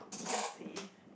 hearsay